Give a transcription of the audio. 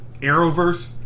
Arrowverse